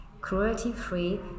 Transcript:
cruelty-free